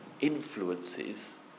influences